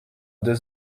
deux